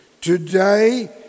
today